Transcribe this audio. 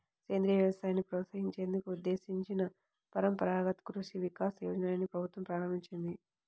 సేంద్రియ వ్యవసాయాన్ని ప్రోత్సహించేందుకు ఉద్దేశించిన పరంపరగత్ కృషి వికాస్ యోజనని ప్రభుత్వం ప్రారంభించింది